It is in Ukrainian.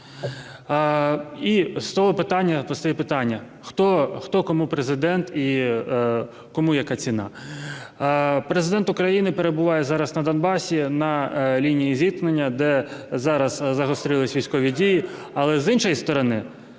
постає питання: хто кому президент і кому яка ціна? Президент України перебуває зараз на Донбасі на лінії зіткнення, де зараз загострились військові дії. Але, з іншої сторони,